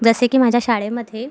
जसे की माझ्या शाळेमधे